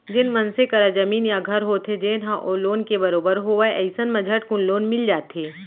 जेन मनसे करा जमीन या घर होथे जेन ह ओ लोन के बरोबर होवय अइसन म झटकुन लोन मिल जाथे